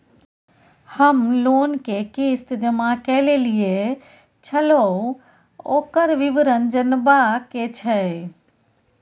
हम लोन के किस्त जमा कैलियै छलौं, ओकर विवरण जनबा के छै?